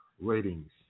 ratings